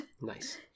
nice